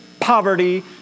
poverty